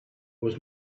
was